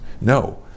No